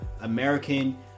American